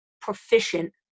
proficient